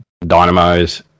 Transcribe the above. Dynamo's